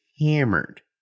hammered